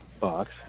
box